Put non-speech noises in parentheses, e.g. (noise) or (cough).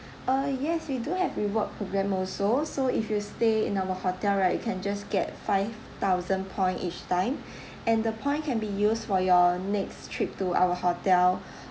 uh yes we do have reward program also so if you stay in our hotel right you can just get five thousand point each time (breath) and the point can be used for your next trip to our hotel (breath)